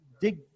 dig